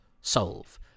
solve